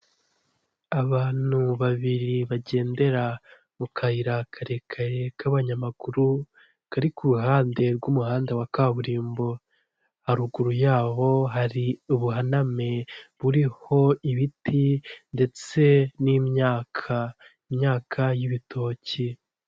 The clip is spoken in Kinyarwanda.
Uyu ni umuhanda wo mu bwoko bwa kaburimbo ugizwe n'amabara y'umukara nu'uturongo tw'umweru, kuruhande hari ibiti birebire by'icyatsi bitoshye, bitanga umuyaga n'amahumbezi ku banyura aho ngaho bose.